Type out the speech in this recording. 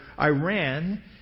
Iran